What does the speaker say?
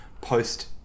post